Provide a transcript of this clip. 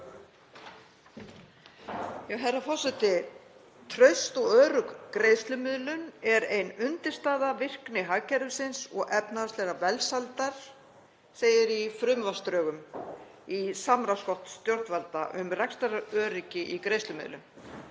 Herra forseti. Traust og örugg greiðslumiðlun er ein undirstaða virkni hagkerfisins og efnahagslegrar velsældar, segir í frumvarpsdrögum í samráðsgátt stjórnvalda um rekstraröryggi í greiðslumiðlun.